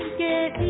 get